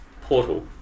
Portal